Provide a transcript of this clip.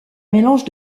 mélange